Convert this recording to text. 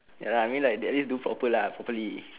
ya lah I mean at least do proper lah properly